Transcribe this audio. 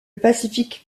pacific